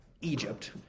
Egypt